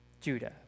Judah